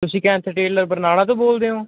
ਤੁਸੀਂ ਕੈਂਥ ਟੇਲਰ ਬਰਨਾਲਾ ਤੋਂ ਬੋਲਦੇ ਹੋ